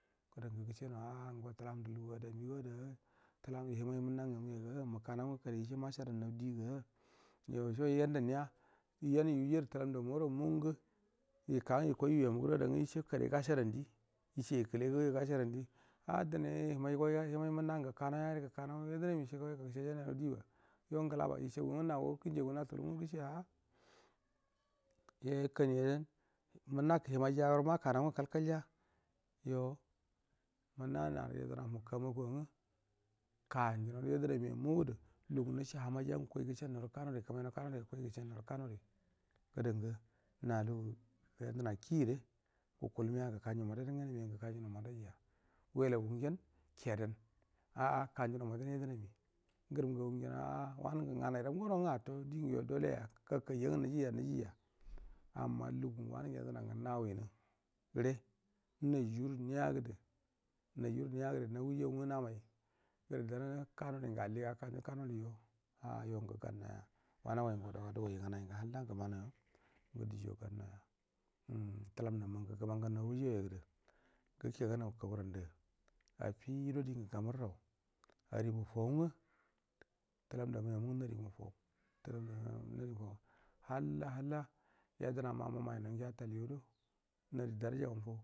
Gudu ngu gushe nau aa ngo tulam ndu lug u ada mi gawadaa tulam ngu yahamcu munna nga mu ya ga muka nau nga kare yise mas ha dan nau diga yo sho yan du niya yendu ya jaru tulam nda muyora mungu yika ngu yikoi yu yamu guru adaa nga yisa kare gashe dandi yise yi kile gaguia gashe dandi a dunai yahamai yoi ga hia mami munna ngel guka nau yare guka nau yednami shiga goi du gushe je nai nauchiba yon gula ba yishe gel ngu na go kinji yagu natu la nga gishe aa yo manna nara yedna muhu kamagu wa ngu kan ju nauru yedna mi a mugu du lugun gu nacce ahamai jangu gukoi ga chan nau ru kanori kama nau kanori go koii gu chan nau ru kanori gudu ungu nalugu yedna kie re gukul miyago guk an ju mada run ga nai mia ngu gu kanju nau madai ja. Welagungen kedan aa kanju nau madai ra yedna mi ngurum nga ga ngen aa wanungu agarai ram gora ngu atodingu doleya gaka ja nga nijija nijija amma lagun nga wanun yedna ngu nawinu gure najuru niyag gadu najuru niya gudu na ju ru ni ya gudu no wujau ngu namai guru dana kanori ngu alli ga akan juru kanori jo ayo ngu gan nau yaw ana goi nge do ga. Du goi ngunai ngu halla guma nau yo yo chijo gan nau ya umm tulam ndamma agun ga go man gan nau au jauya gudu guke ga nau ari mu fau ngu tulam ndamu yo mu nari mu fau tulam ndamu yo nari ku fau halla halla yedna mamu mami nau ngu ya tai yodo nari dara ja nga mu fau.